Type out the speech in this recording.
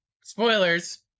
spoilers